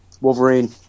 Wolverine